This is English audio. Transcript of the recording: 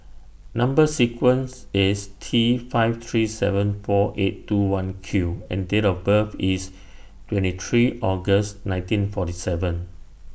Number sequence IS T five three seven four eight two one Q and Date of birth IS twenty three August nineteen forty seven